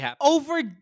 over